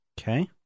Okay